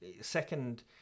second